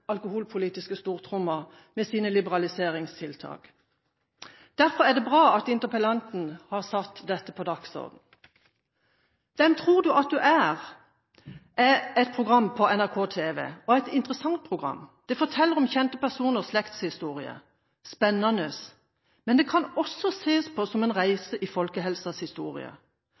alkoholpolitiske stortrommen med sine liberaliseringstiltak. Derfor er det bra at interpellanten har satt dette på dagsordenen. «Hvem tror du at du er?» er et TV-program på NRK. Det er et interessant og spennende program som forteller om kjente personers slektshistorie, men det kan også ses på som en reise i folkehelsens historie.